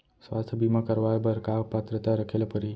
स्वास्थ्य बीमा करवाय बर का पात्रता रखे ल परही?